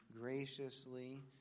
graciously